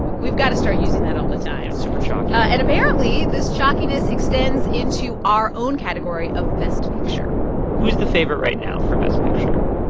we've got to start using that all the time yeah and super chalky and apparently, this chalkiness extends into our own category of best picture who's the favorite right now for best picture?